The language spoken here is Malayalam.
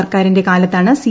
സർക്കാരിന്റെ കാലത്താണ് സി